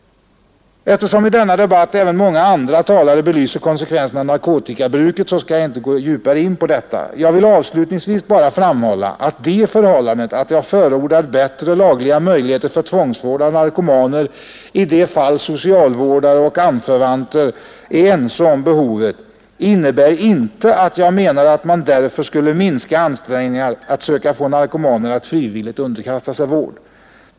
Eftersom i denna debatt även många andra talare belyser konsekvenserna av narkotikabruket skall jag nu inte gå djupare in på detta. Jag vill avslutningsvis bara framhålla att det förhållandet, att jag förordar bättre lagliga möjligheter för tvångsvård av narkomaner i de fall socialvårdare och anförvanter är ense om behovet, inte innebär att jag menar att man därför skall minska ansträngningarna att försöka få narkomaner att frivilligt underkasta sig vård.